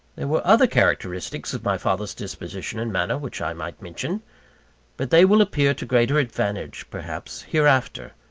there were other characteristics of my father's disposition and manner, which i might mention but they will appear to greater advantage, perhaps, hereafter,